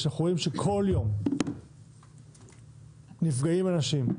כשאנחנו רואים שכל יום נפגעים אנשים,